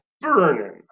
burning